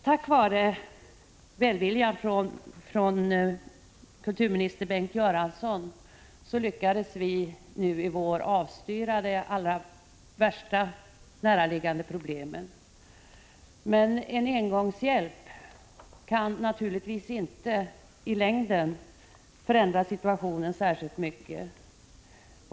Tack vare välvilja från kulturminister Bengt Göransson lyckades vi i våras avstyra de allra värsta och mest näraliggande problemen. Men en engångshjälp kan naturligtvis inte i längden förändra situationen särskilt mycket.